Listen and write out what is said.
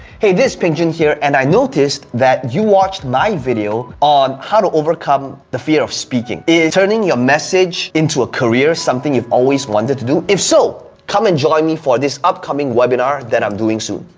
hey, this is peng joon here, and i noticed that you watched my video on how to overcome the fear of speaking. is turning your message into a career something you've always wanted to do? if so, come and join me for this upcoming webinar that i'm doing soon.